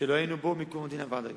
שלא היינו בו מקום המדינה ועד היום,